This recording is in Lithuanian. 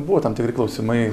buvo tam tikri klausimai